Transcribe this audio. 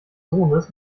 sohnes